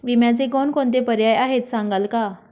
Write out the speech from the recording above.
विम्याचे कोणकोणते पर्याय आहेत सांगाल का?